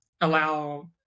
allow